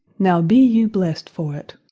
now be you bless'd for it!